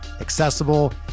accessible